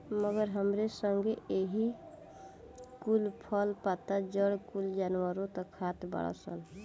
मगर हमरे संगे एही कुल फल, पत्ता, जड़ कुल जानवरनो त खाते बाड़ सन